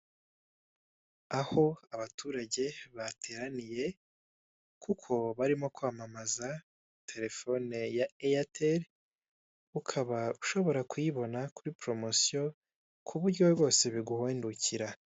Aho abaturage bateraniye kuko barimo kwamamaza telefone ya eyateli, ukaba ushobora kuyibona kuri poromosiyo, ku buryo buguhendukira.